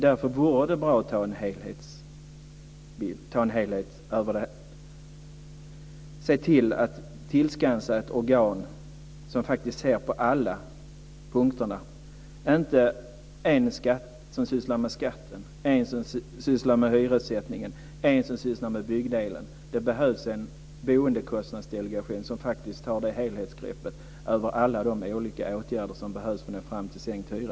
Därför vore det bra om man tog ett helhetsgrepp och såg till att skapa ett organ som ser på alla punkterna. Det ska inte vara ett organ som sysslar med skatten, ett som sysslar med hyressättningen och ett organ som sysslar med byggdelen. Det behövs en boendekostnadsdelegation som tar det helhetsgrepp över alla de olika åtgärder som behövs för att vi ska nå fram till sänkt hyra.